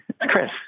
Chris